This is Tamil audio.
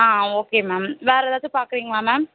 ஆ ஓகே மேம் வேறு ஏதாச்சும் பார்க்குறீங்களா மேம்